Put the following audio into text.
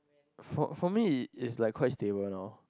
for for me is like quite stable now